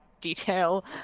detail